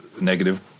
negative